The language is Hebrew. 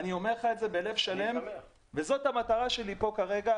אני אומר לך את זה בלב שלם וזאת המטרה שלי פה כרגע,